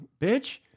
bitch